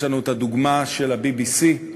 יש לנו הדוגמה של ה-BBC.